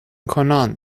کنان